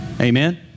Amen